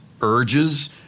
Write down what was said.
urges